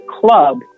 club